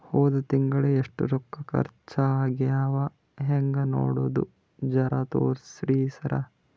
ಹೊದ ತಿಂಗಳ ಎಷ್ಟ ರೊಕ್ಕ ಖರ್ಚಾ ಆಗ್ಯಾವ ಹೆಂಗ ನೋಡದು ಜರಾ ತೋರ್ಸಿ ಸರಾ?